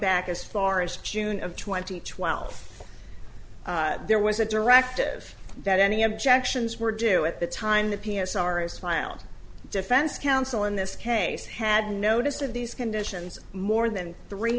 back as far as june of twenty twelve there was a directive that any objections were due at the time the p s r is filed defense counsel in this case had noticed of these conditions more than three